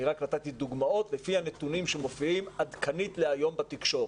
אני רק נתתי דוגמאות לפי הנתונים שמופיעים עדכנית להיום בתקשורת,